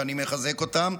ואני מחזק אותם,